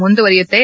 ಮುಂದುವರೆಯುತ್ತೆ